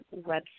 website